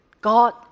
God